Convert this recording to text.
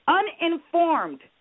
uninformed